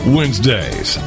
Wednesdays